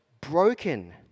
broken